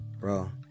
Bro